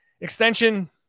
extension